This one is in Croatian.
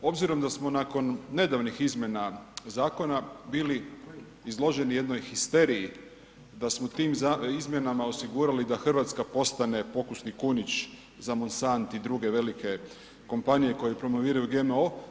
Obzirom da smo nakon nedavnih izmjena zakona bili izloženi jednoj histeriji da smo tim izmjenama osigurali da Hrvatska postane pokusni kunić za Monsanto i druge velike kompanije koje promoviraju GMO.